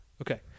Okay